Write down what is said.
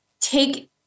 take